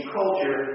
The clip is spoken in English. culture